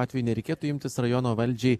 atveju nereikėtų imtis rajono valdžiai